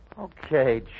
Okay